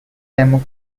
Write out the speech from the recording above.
demo